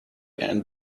and